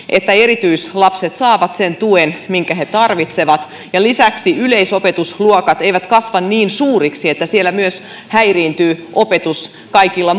että erityislapset saavat sen tuen minkä he tarvitsevat ja lisäksi yleisopetusluokat eivät kasva niin suuriksi että siellä häiriintyy opetus myös kaikilla